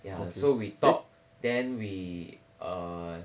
ya so we talk then we err